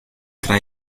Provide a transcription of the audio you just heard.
tra